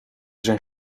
zijn